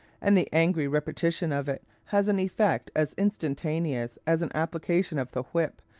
and the angry repetition of it has an effect as instantaneous as an application of the whip,